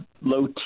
low